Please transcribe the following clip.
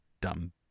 dumb